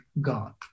God